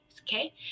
Okay